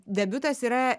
debiutas yra